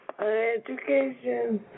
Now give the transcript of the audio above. Education